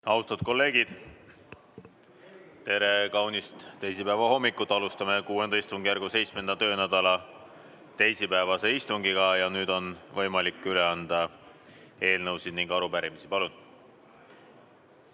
Austatud kolleegid! Tere kaunist teisipäeva hommikut! Alustame VI istungjärgu 7. töönädala teisipäevast istungit ja nüüd on võimalik üle anda eelnõusid ja arupärimisi. Urmas